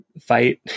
fight